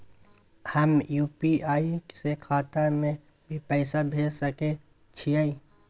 हम यु.पी.आई से खाता में भी पैसा भेज सके छियै?